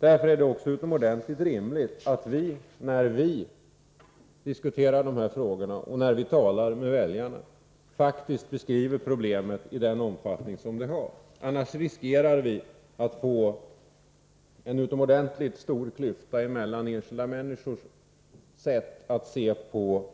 Därför är det också utomordentligt rimligt att vi — när vi diskuterar de här frågorna och när vi talar med väljarna — beskriver problemet i den omfattning det faktiskt har. Annars riskerar vi att få en utomordentligt stor klyfta mellan enskilda människors sätt att se på